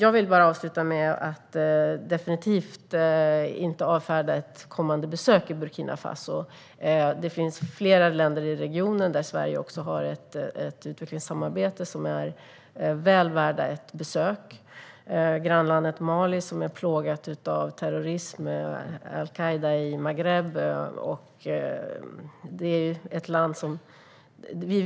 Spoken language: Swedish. Avslutningsvis vill jag säga att jag definitivt inte avfärdar ett kommande besök i Burkina Faso. Det finns flera länder i regionen där Sverige också har ett utvecklingssamarbete och som är väl värda ett besök, till exempel grannlandet Mali som är plågat av terrorism och al-Qaida i Maghreb.